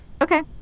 Okay